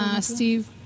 Steve